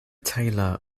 taylor